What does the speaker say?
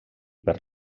per